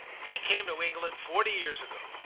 she came to england forty years ago,